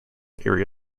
area